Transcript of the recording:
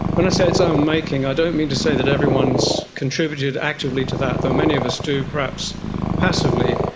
when i say its own making i don't mean to say that everyone has so contributed actively to that, though many of us do perhaps passively,